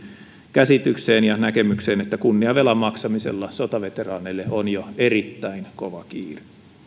käsitykseen ja näkemykseen että kunniavelan maksamisella sotaveteraaneille on jo erittäin kova kiire